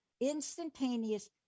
instantaneous